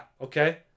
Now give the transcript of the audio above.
Okay